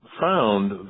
found